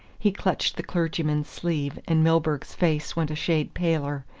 he clutched the clergyman's sleeve and milburgh's face went a shade paler.